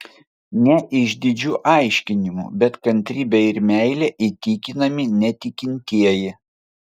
ne išdidžiu aiškinimu bet kantrybe ir meile įtikinami netikintieji